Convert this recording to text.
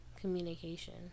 communication